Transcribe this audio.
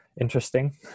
interesting